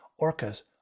Orcas